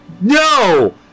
No